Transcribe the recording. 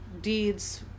deeds